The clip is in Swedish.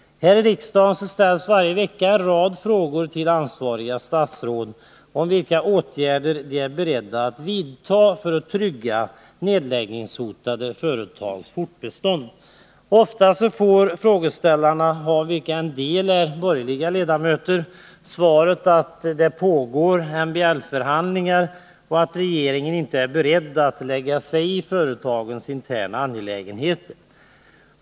Här i riksdagen ställs varje vecka en rad frågor till ansvariga statsråd om vilka åtgärder de är beredda att vidta för att trygga nedläggningshotade företags fortbestånd. Ofta får frågeställarna, av vilka en del är borgerliga ledamöter, svaret att det pågår MBL-förhandlingar och att regeringen inte är beredd att lägga sig i företagens interna angelägenheter.